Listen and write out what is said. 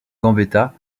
gambetta